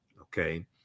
okay